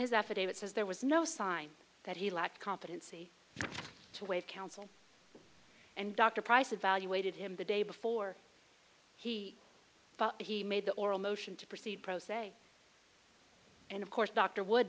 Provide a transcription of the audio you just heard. his affidavit says there was no sign that he lacked competency to waive counsel and dr price evaluated him the day before he he made the oral motion to proceed pro se and of course dr would